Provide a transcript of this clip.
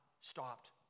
stopped